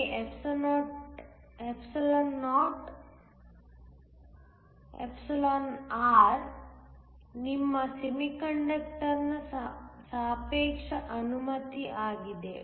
ಅಲ್ಲಿ or ನಿಮ್ಮ semiconductor ನ ಸಾಪೇಕ್ಷ ಅನುಮತಿ ಆಗಿದೆ